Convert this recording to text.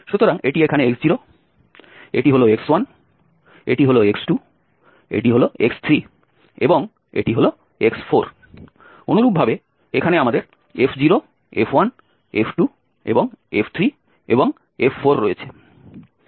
সুতরাং এটি এখানে x0 এটি হল x1 এটি হল x2 এটি হল x3 এবং এটি হল x4 অনুরূপভাবে এখানে আমাদের f0 f1 f2 এবং f3 এবং f4 রয়েছে